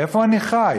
איפה אני חי?